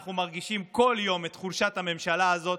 ואנחנו מרגישים כל יום את חולשת הממשלה הזאת.